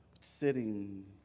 sitting